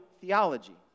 theology